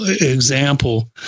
example